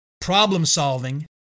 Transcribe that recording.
problem-solving